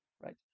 right